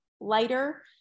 lighter